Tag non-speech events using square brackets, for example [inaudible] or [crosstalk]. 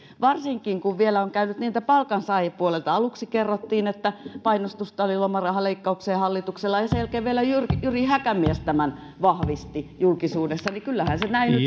varsinkin kun vielä on käynyt niin että palkansaajapuolelta aluksi kerrottiin että painostusta oli lomarahaleikkaukseen hallituksella ja sen jälkeen vielä jyri häkämies tämän vahvisti julkisuudessa kyllähän se näin [unintelligible]